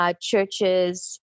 churches